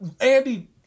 Andy